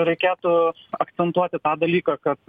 reikėtų akcentuoti tą dalyką kad